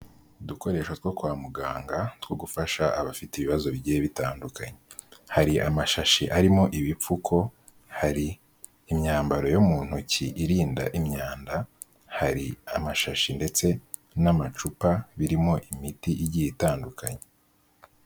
Udukoresho two kwa muganga two gufasha abafite ibibazo bigiye bitandukanye. Hari amashashi arimo ibipfuko, hari imyambaro yo mu ntoki irinda imyanda, hari amashashi ndetse n'amacupa birimo imiti igiye itandukanye.